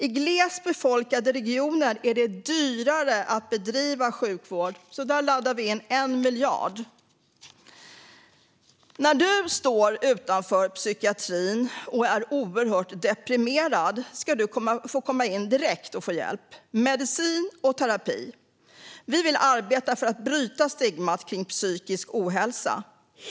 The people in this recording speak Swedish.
I glest befolkade regioner är det dyrare att bedriva sjukvård, så där laddar vi in 1 miljard. När du står utanför psykiatrin och är oerhört deprimerad ska du få komma in direkt och få hjälp, medicin och terapi. Vi vill arbeta för att bryta stigmat kring psykisk ohälsa.